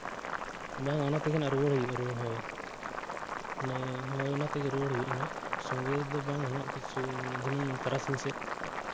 ᱵᱟᱝᱼᱟ ᱚᱱᱟ ᱛᱮᱜᱮ ᱦᱟᱸᱜ ᱨᱩᱣᱟᱹᱲ ᱦᱩᱭᱩᱜᱼᱟ ᱨᱩᱣᱟᱹᱲ ᱦᱳᱭ ᱢᱟᱱᱮ ᱚᱱᱟ ᱛᱮᱜᱮ ᱨᱩᱣᱟᱹᱲ ᱦᱩᱭᱩᱜᱼᱟ ᱦᱟᱸᱜ ᱥᱚᱸᱜᱮ ᱛᱮᱫᱚ ᱵᱟᱝ ᱦᱟᱸᱜ ᱫᱷᱤᱱᱟᱹᱱ ᱛᱟᱨᱟᱥᱤᱧ ᱥᱮᱫ